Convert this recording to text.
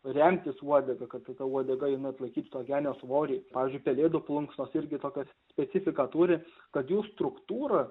remtis uodega kad ta uodega jinai atlaikytų to genio svorį pavyzdžiui pelėdų plunksnos ir kitokia specifiką turi kad jų struktūra